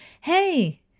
hey